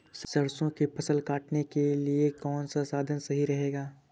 सरसो की फसल काटने के लिए कौन सा साधन सही रहेगा?